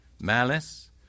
Malice